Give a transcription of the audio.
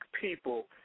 people